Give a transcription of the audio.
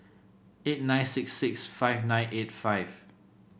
eight nine six six five nine eight five